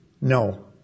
No